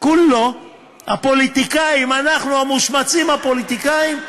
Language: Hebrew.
כולו הפוליטיקאים, אנחנו, המושמצים הפוליטיקאים,